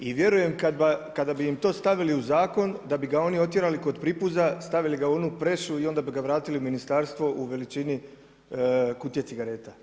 I vjerujem kada bi im to stavili u zakon, da bi ga oni otjerali kod pripuza, stavili ga u onu prešu i onda bi ga vratili u ministarstvo u veličini kutije cigareta.